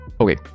Okay